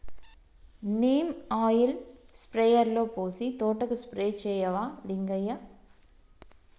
neem oil స్ప్రేయర్లో పోసి తోటకు స్ప్రే చేయవా లింగయ్య